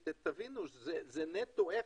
זה נטו אפס.